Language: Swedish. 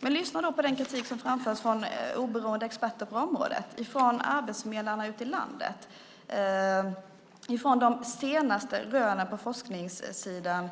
Men lyssna då på den kritik som kommer från oberoende experter på området, från arbetsförmedlarna ute i landet och utifrån de senaste rönen från forskningen om